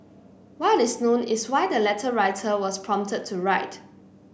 what is known is why the letter writer was prompted to write